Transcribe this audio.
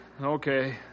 Okay